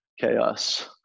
chaos